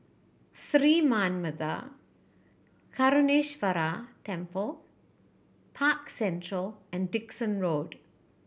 Sri Manmatha Karuneshvarar Temple Park Central and Dickson Road